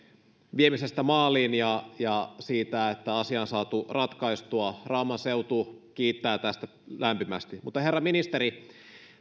viemisestä maaliin ja ja siitä että asia on saatu ratkaistua rauman seutu kiittää tästä lämpimästi herra ministeri